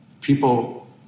people